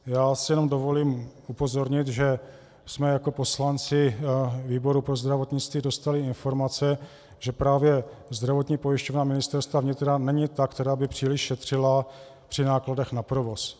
Já si jenom dovolím upozornit, že jsme jako poslanci výboru pro zdravotnictví dostali informace, že právě Zdravotní pojišťovna Ministerstva vnitra není ta, která by příliš šetřila při nákladech na provoz.